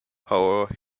however